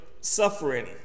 suffering